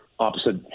opposite